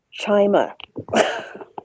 Chima